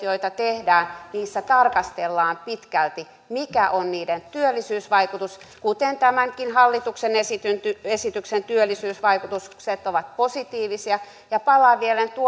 joita tehdään tarkastellaan pitkälti mikä on niiden työllisyysvaikutus kuten tämänkin hallituksen esityksen työllisyysvaikutukset ovat positiivisia ja palaan vielä